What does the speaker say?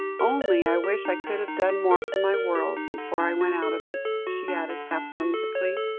only i wish i could have done more for my world, before i went out of it, she added half whimsically,